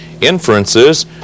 inferences